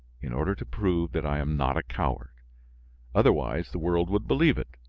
in order to prove that i am not a coward otherwise, the world would believe it.